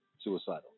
suicidal